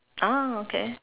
ah okay